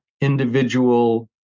individual